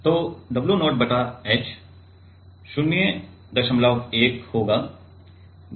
तो W0 बटा h 01 होगा